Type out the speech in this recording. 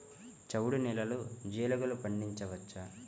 చవుడు నేలలో జీలగలు పండించవచ్చా?